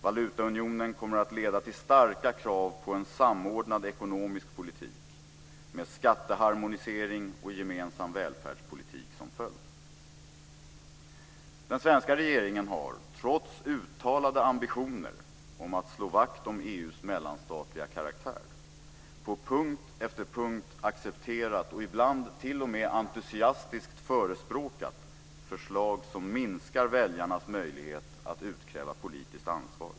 Valutaunionen kommer att leda till starka krav på en samordnad ekonomisk politik med skatteharmonisering och gemensam välfärdspolitik som följd. Den svenska regeringen har, trots uttalade ambitioner om att slå vakt om EU:s mellanstatliga karaktär, på punkt efter punkt accepterat - och ibland t.o.m. entusiastiskt förespråkat - förslag som minskar väljarnas möjlighet att utkräva politiskt ansvar.